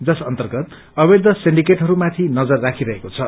जस अन्तर्गत अवैष सेण्डिकेटहरूमाथि नजर राखिरहेको छ